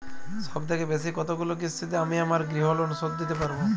সবথেকে বেশী কতগুলো কিস্তিতে আমি আমার গৃহলোন শোধ দিতে পারব?